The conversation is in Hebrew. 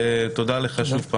תודה לך.